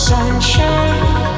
Sunshine